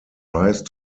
rise